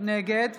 נגד